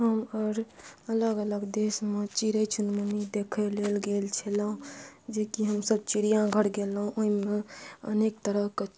हम आओर अलग अलग देश मे चिड़ै चुनमुनी देखै लेल गेल छलहुॅं जेकि हमसब चिड़िआघर गेलहुॅं ओहिमे अनेक तरहके